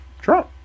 Trump